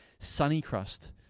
Sunnycrust